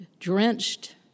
Drenched